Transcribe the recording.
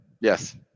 yes